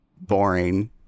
boring